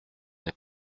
n’ai